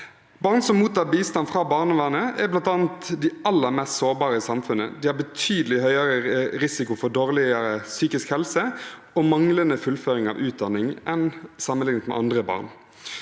Barn som mottar bistand fra barnevernet, er blant de aller mest sårbare i samfunnet. De har betydelig høyere risiko for dårligere psykisk helse og manglende fullføring av utdanning sammenlignet med andre barn.